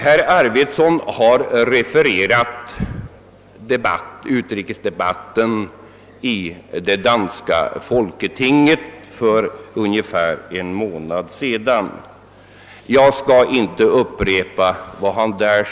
Herr Arvidson har refererat utrikesdebatten i det danska folketinget för ungefär en månad sedan och jag skall inte upprepa vad han sade.